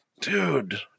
dude